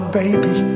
baby